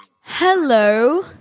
hello